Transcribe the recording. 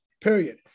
period